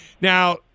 now